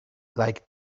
like